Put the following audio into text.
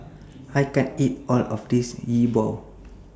I can't eat All of This Yi Bua